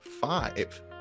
five